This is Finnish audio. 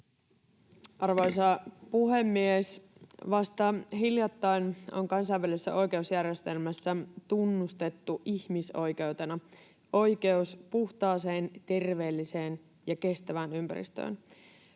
Arvoisa puhemies! Vasta hiljattain on kansainvälisessä oikeusjärjestelmässä tunnustettu ihmisoikeutena oikeus puhtaaseen, terveelliseen ja kestävään ympäristöön.